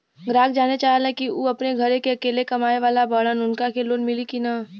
ग्राहक जानेला चाहे ले की ऊ अपने घरे के अकेले कमाये वाला बड़न उनका के लोन मिली कि न?